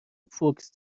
فوکس